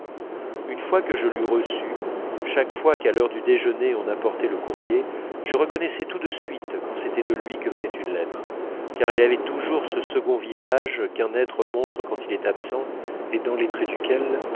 une fois que je l'eus reçue chaque fois qu'à l'heure du déjeuner on apportait le courrier je reconnaissais tout de suite quand c'était de lui que venait une lettre car elle avait toujours ce second visage qu'un être montre quand il est absent et dans les traits duquel